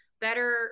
better